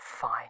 Fine